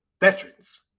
veterans